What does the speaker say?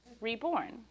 reborn